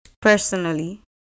Personally